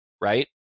Right